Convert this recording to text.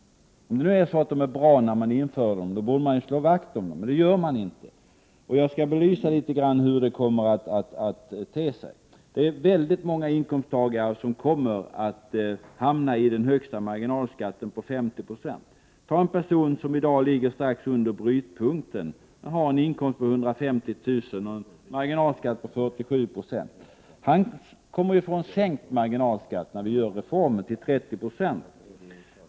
Om man tycker att skatteskalorna är bra när man inför dem, borde man ju slå vakt om dem, men det gör man inte. Jag skall något belysa hur det kommer att te sig. Det är väldigt många inkomsttagare som kommer att hamna i det högsta läget för marginalskatt, alltså 50 26. Tag en person som i dag ligger strax under brytpunkten. Han har en inkomst på 150 000 kr. och en marginalskatt på 47 20. Han kommer, när reformen genomförts, att få en sänkt marginalskatt — hans marginalskatt blir 30 26.